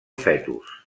fetus